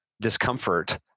discomfort